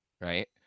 Right